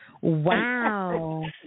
Wow